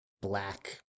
Black